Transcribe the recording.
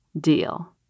deal